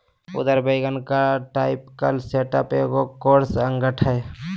उगर वैगन का typical setup एगो कोर्स अंगठ हइ